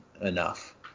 enough